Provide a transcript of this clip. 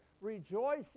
rejoice